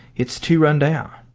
it's too run down.